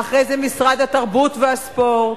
ואחרי זה משרד התרבות והספורט,